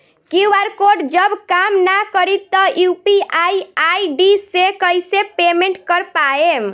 QR code जब काम ना करी त यू.पी.आई आई.डी से कइसे पेमेंट कर पाएम?